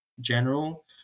general